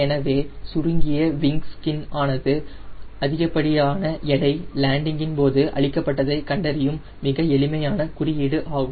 எனவே சுருங்கிய wing skin ஆனது அதிகப்படியான எடை லேண்டிங்கின் போது அளிக்கப்பட்டதை கண்டறியும் மிக எளிமையான குறியீடு ஆகும்